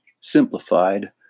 Simplified